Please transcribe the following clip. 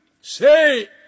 Say